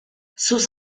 sus